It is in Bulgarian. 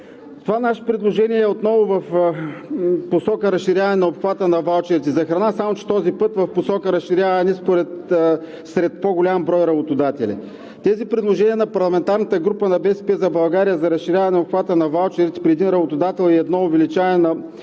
Това наше предложение отново е в посока разширяване на обхвата на ваучерите за храна, само че този път в посока разширяване сред по-голям брой работодатели. Тези предложения на парламентарната група на „БСП за България“ за разширяване на обхвата на ваучерите при един работодател и едно увеличаване на